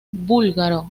búlgaro